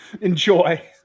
Enjoy